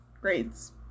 grades